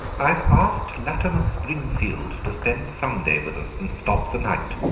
i've asked latimer springfield to spend sunday with us and stop the night,